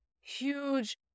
huge